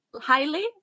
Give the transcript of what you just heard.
highly